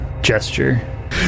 gesture